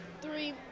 Three